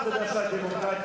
אני לא רוצה לדבר על דמוקרטיה,